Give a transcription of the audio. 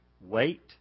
Wait